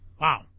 Wow